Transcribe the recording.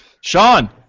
Sean